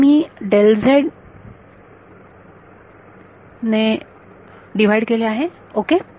आता मी ने डिवाइड केले आहे ओके